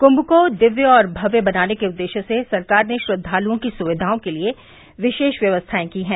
क्म को दिव्य और भव्य बनाने के उददेश्य से सरकार ने श्रद्दाल्ओं की सुविधाओं के लिये विशेष व्यवस्थाएं की हैं